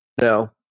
No